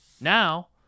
now